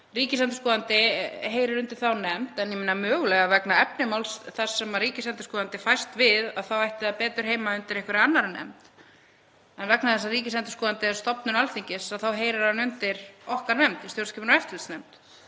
ríkisendurskoðandi heyrir undir þá nefnd, en mögulega, vegna efni mála þar sem ríkisendurskoðandi fæst við, ætti hann betur heima undir einhverri annarri nefnd. En vegna þess að ríkisendurskoðandi er stofnun Alþingis þá heyrir hann undir okkar nefnd, stjórnskipunar- og eftirlitsnefnd.